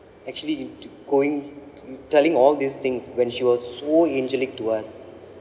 actually into going telling all these things when she was so angelic to us